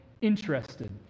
interested